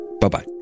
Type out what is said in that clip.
bye-bye